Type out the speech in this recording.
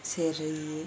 சரி:sari